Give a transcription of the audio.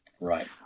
Right